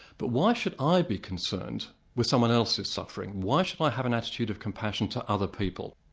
but why should i be concerned with someone else's suffering? why should i have an attitude of compassion to other people?